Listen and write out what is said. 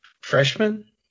freshman